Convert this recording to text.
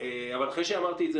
אבל אחרי שאמרתי את זה,